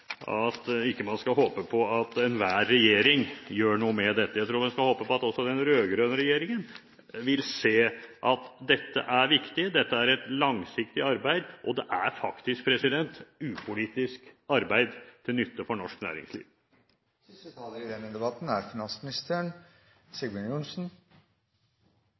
ikke kan håpe på at enhver regjering gjør noe med dette. Jeg tror man skal håpe på at også den rød-grønne regjeringen vil se at dette er viktig. Dette er et langsiktig arbeid, og det er faktisk upolitisk arbeid til nytte for norsk næringsliv. Jeg vil også takke for debatten. Det er